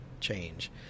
change